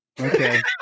okay